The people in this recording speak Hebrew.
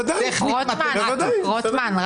רוטמן,